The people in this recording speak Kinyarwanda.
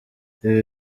ibi